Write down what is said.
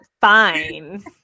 fine